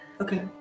Okay